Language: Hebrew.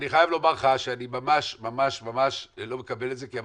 אני חייב לומר לך שאני ממש ממש ממש לא מקבל את זה כי,